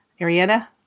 Ariana